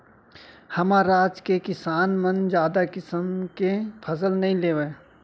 हमर राज के किसान मन जादा किसम के फसल नइ लेवय